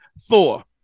Thor